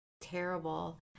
terrible